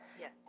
Yes